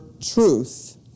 truth